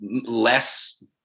less